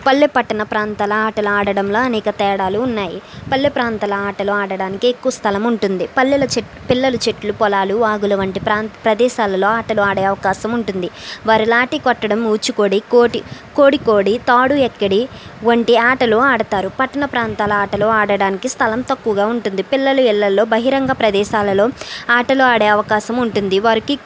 పల్లె పట్టణ ప్రాంతాల ఆటల ఆడడంలో అనేక తేడాలు ఉన్నాయి పల్లె ప్రాంతాల ఆటలు ఆడటానికి ఎక్కువ స్థలం ఉంటుంది పల్లెలు చెట్ పిల్లలు చెట్లు పొలాలు వాగులు వంటి ప్రాంత ప్రదేశాలలో ఆటలు ఆడే అవకాశం ఉంటుంది వారు లాటి కొట్టడం ఊచుకొడి కోటి కోడి కోడి తాడు ఎక్కడి వంటి ఆటలు ఆడతారు పట్టణ ప్రాంతాల ఆటలు ఆడడానికి స్థలం తక్కువగా ఉంటుంది పిల్లలు ఇళ్ళల్లో బహిరంగ ప్రదేశాలలో ఆటలు ఆడే అవకాశం ఉంటుంది వారికి